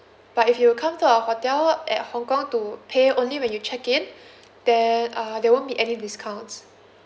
but if you come to our hotel at hong kong to pay only when you check in then uh there won't be any discounts